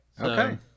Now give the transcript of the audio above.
Okay